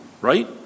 right